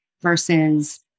versus